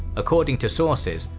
according to sources,